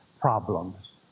problems